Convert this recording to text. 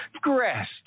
Grass